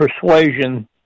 persuasion